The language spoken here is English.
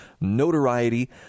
notoriety